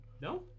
No